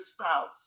spouse